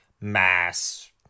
mass